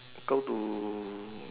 go to